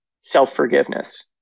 self-forgiveness